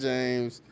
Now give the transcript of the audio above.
James